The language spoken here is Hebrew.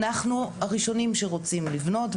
אנחנו הראשונים שרוצים לבנות,